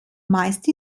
meist